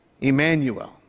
Emmanuel